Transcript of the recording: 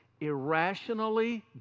irrationally